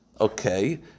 okay